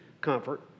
comfort